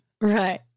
right